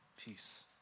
Peace